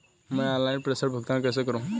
मैं ऑनलाइन प्रेषण भुगतान कैसे करूँ?